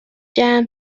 جمع